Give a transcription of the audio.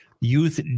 youth